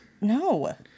No